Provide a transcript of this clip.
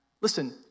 listen